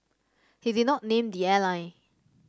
he did not name the airline